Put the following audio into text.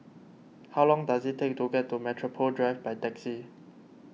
how long does it take to get to Metropole Drive by taxi